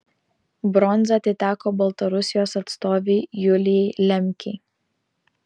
bronza atiteko baltarusijos atstovei julijai lemkei